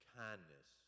kindness